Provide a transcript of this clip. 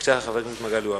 בבקשה, חבר הכנסת מגלי והבה.